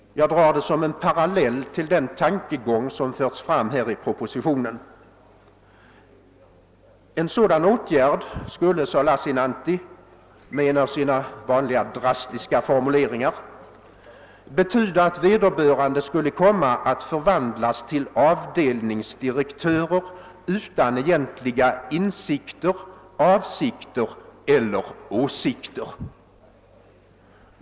Jag citerar hans uttalande som parallell till den tankegång som framförts i propositionen. En sådan åtgärd skulle, sade Lassinantti med en av sina vanliga drastiska formuleringar, betyda att vederbörande skulle komma att förvandlas till »avdelningsdirektörer utan egentliga insikter, avsikter eller åsikter».